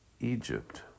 Egypt